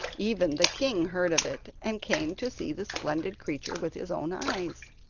even the king heard of it, and came to see the splendid creature with his own eyes.